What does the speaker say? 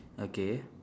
okay